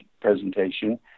presentation